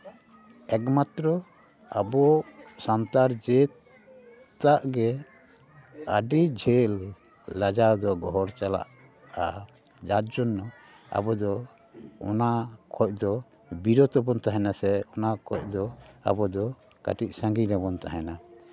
ᱮᱠ ᱢᱟᱛᱨᱚ ᱟᱵᱚ ᱥᱟᱱᱛᱟᱲ ᱡᱟᱹᱛᱟᱜ ᱜᱮ ᱟᱹᱰᱤ ᱡᱷᱟᱹᱞ ᱞᱟᱡᱟᱣ ᱫᱚ ᱜᱚᱦᱚᱲ ᱪᱟᱞᱟᱜᱼᱟ ᱡᱟᱨ ᱡᱚᱱᱱᱚ ᱟᱵᱚ ᱫᱚ ᱚᱱᱟ ᱠᱷᱚᱱ ᱫᱚ ᱵᱤᱨᱚᱛᱚ ᱵᱚᱱ ᱛᱟᱦᱮᱱᱟ ᱥᱮ ᱚᱱᱟ ᱠᱷᱚᱱ ᱫᱚ ᱟᱵᱚ ᱫᱚ ᱠᱟᱹᱴᱤᱡ ᱥᱟᱺᱜᱤᱧ ᱨᱮᱵᱚᱱ ᱛᱟᱦᱮᱱᱟ